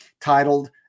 titled